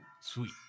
sweet